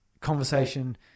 conversation –